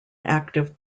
active